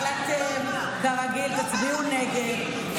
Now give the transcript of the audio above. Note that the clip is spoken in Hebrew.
אבל אתם כרגיל תצביעו נגד,